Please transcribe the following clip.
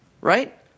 Right